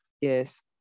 Yes